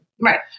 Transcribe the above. Right